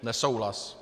Nesouhlas.